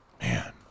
Man